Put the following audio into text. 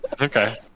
Okay